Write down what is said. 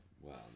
Wow